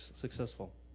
successful